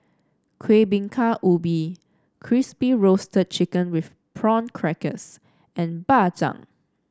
Kueh Bingka Ubi Crispy Roasted Chicken with Prawn Crackers and Bak Chang